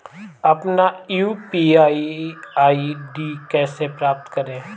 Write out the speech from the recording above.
अपना UPI ID कैसे प्राप्त करें?